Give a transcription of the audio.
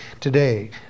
today